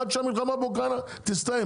עד שהמלחמה באוקראינה תסתיים.